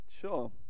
Sure